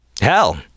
Hell